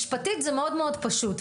משפטית זה מאוד-מאוד פשוט,